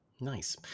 Nice